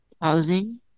housing